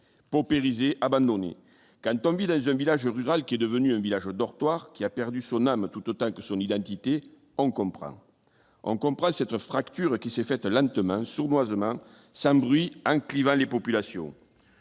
paupérisé abandonné quand on vit là je m'village rural qui est devenu un village dortoir qui a perdu son âme tout autant que son identité, on comprend, on comprend cette fracture qui s'est faite lentement, sournoisement, c'est un bruit, un climat, les populations,